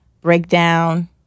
breakdown